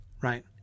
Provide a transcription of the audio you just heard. right